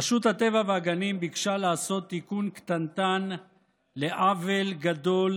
רשות הטבע והגנים ביקשה לעשות תיקון קטנטן לעוול גדול,